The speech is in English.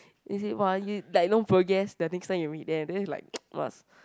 is it !wah! you like no progress the next time you read then it's like must